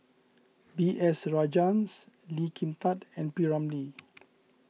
B S Rajhans Lee Kin Tat and P Ramlee